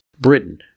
Britain